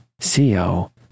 co